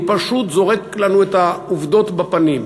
הוא פשוט זורק לנו את העובדות בפנים.